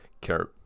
carrot